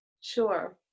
sure